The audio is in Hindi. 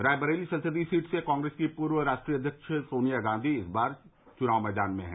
रायबरेली संसदीय सीट से कांग्रेस की पूर्व राष्ट्रीय अध्यक्ष सोनिया गांधी इस बार फिर मैदान में हैं